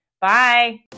Bye